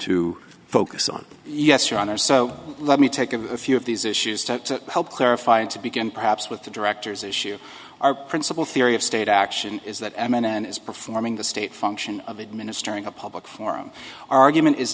to focus on yes your honor so let me take a few of these issues to help clarify and to begin perhaps with the directors issue our principal theory of state action is that eminent is performing the state function of administering a public forum argument is